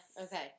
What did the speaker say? okay